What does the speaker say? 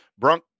Brunk